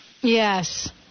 Yes